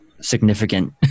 significant